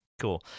Cool